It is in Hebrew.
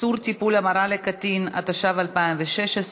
התשע"ו 2016,